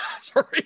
Sorry